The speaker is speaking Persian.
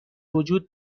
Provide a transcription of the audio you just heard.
وجود